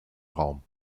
raum